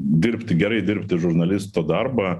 dirbti gerai dirbti žurnalisto darbą